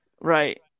Right